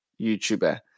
YouTuber